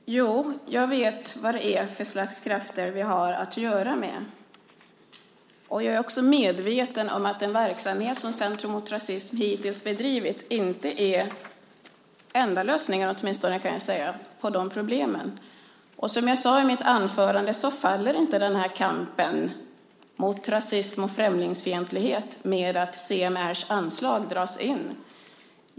Fru talman! Jo, jag vet vad det är för slags krafter vi har att göra med. Jag är också medveten om att den verksamhet som Centrum mot rasism hittills bedrivit inte är den enda lösningen på problemen. Som jag sade i mitt anförande faller inte kampen mot rasism och främlingsfientlighet med att CMR:s anslag dras in.